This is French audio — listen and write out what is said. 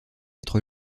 être